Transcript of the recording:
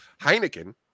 Heineken